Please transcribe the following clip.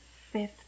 fifth